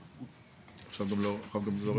לשמוע אותו.